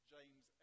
James